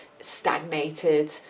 stagnated